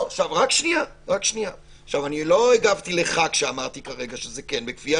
לא הגבתי לך כשאמרתי כרגע שזה כן בכפייה,